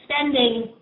spending